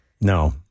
No